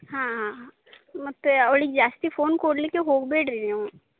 ಹಾಂ ಹಾಂ ಮತ್ತೆ ಅವ್ಳಿಗೆ ಜಾಸ್ತಿ ಫೋನ್ ಕೊಡಲಿಕ್ಕೆ ಹೋಗಬೇಡ್ರಿ ನೀವು